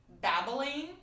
Babbling